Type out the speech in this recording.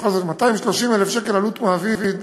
בכל זאת, 230,000 שקל עלות מעביד,